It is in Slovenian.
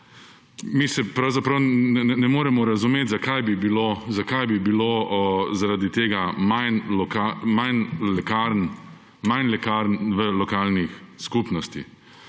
Mi se pravzaprav ne moremo razumeti, zakaj bi bilo zaradi tega manj lekarn v lokalnih skupnosti.